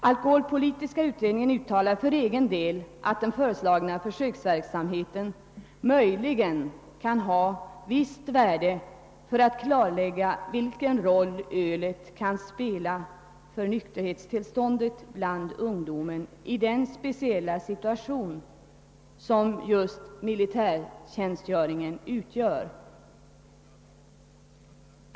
Alkoholpolitiska utredningen uttalar, att den föreslagna försöksverksamheten möjligen kan ha ett visst värde för att klarlägga vilken roll ölet kan spela för nykterhetstillståndet bland ungdomen i den speciella situation som just militärtjänstgöringen utgör.